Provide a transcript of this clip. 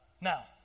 Now